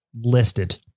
listed